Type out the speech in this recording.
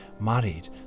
married